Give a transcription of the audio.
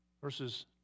verses